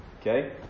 Okay